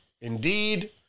Indeed